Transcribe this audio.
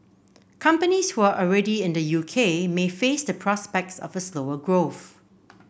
companies who are already in the U K may face the prospects of a slower growth